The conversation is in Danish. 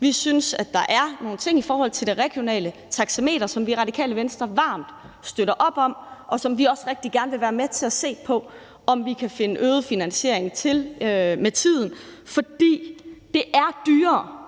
Der er nogle ting i forhold til det regionale taxameter, som vi i Radikale Venstre varmt støtter op om, og som vi også rigtig gerne vil være med til at se på om vi kan få en øget finansiering til med tiden. For det er dyrere